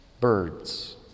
birds